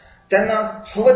त्यांना हवं ते शिकता येऊ शकत